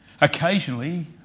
Occasionally